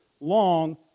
long